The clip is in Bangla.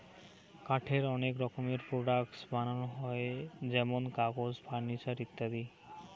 কাঠের অনেক রকমের প্রোডাক্টস বানানো হই যেমন কাগজ, ফার্নিচার ইত্যাদি